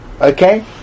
Okay